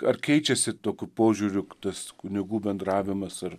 ar keičiasi tokiu požiūriu tas kunigų bendravimas ir